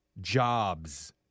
Jobs